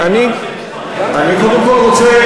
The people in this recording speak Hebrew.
אני קודם כול רוצה